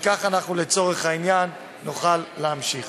וכך לצורך העניין נוכל להמשיך.